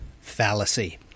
Fallacy